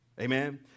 Amen